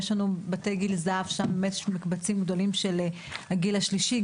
יש לנו בתי גיל זהב שבהם יש מקבצים גדולים של הגיל השלישי,